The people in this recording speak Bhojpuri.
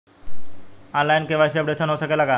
आन लाइन के.वाइ.सी अपडेशन हो सकेला का?